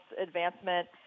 advancement